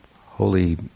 holy